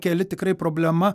keli tikrai problema